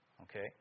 Okay